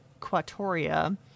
Quatoria